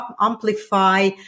amplify